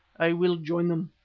i will join them.